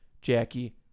Jackie